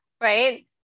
Right